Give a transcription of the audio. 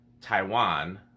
Taiwan